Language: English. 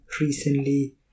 recently